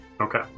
Okay